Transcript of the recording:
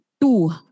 two